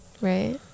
Right